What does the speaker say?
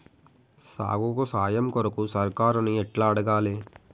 సాగుకు సాయం కొరకు సర్కారుని ఎట్ల అడగాలే?